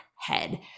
head